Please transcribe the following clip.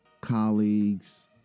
colleagues